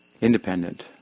Independent